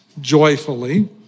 joyfully